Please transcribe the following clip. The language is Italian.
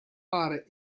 pare